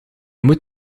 moet